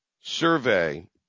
survey